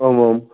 ओम् ओम्